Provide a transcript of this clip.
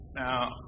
Now